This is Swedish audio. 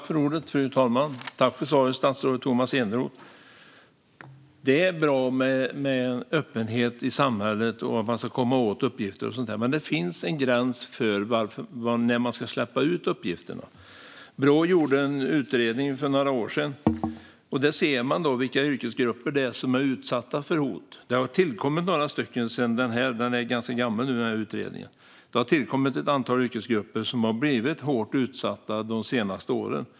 Fru talman! Tack för svaret, statsrådet Tomas Eneroth! Det är bra med öppenhet i samhället, att man ska komma åt uppgifter och så vidare. Men det finns en gräns för när man ska släppa ut uppgifterna. Brå gjorde en utredning för några år sedan, och där ser man vilka yrkesgrupper det är som är utsatta för hot. Det har tillkommit några sedan utredningen gjordes; den är ganska gammal. Dessa yrkesgrupper har blivit väldigt hårt utsatta de senaste åren.